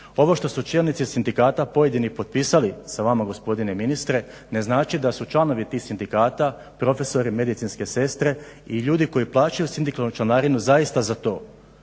Ovo što su čelnici sindikata pojedini potpisali sa vama gospodine ministre ne znači da su članovi tih sindikata profesori, medicinske sestre i ljudi koji plaćaju sindikalnu članarinu zaista za to.